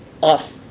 off